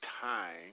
time